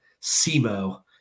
SEMO